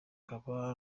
akaba